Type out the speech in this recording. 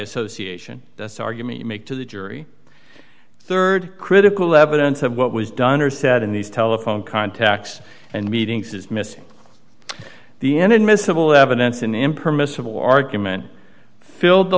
association that's argument you make to the jury rd critical evidence of what was done or said in these telephone contacts and meetings is missing the end admissible evidence an impermissible argument filled the